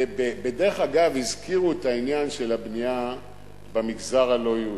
בדרך אגב הזכירו את העניין של הבנייה במגזר הלא-יהודי.